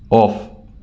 off